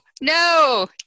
no